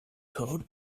code